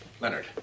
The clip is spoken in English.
Leonard